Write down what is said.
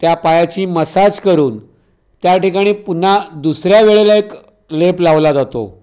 त्या पायाची मसाज करून त्या ठिकाणी पुन्हा दुसऱ्या वेळेला एक लेप लावला जातो